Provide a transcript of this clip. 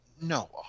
No